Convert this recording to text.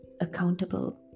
accountable